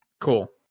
Cool